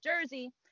Jersey